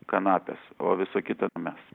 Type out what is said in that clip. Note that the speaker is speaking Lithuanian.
kanapės o visa kita mes